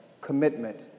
commitment